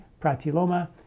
pratiloma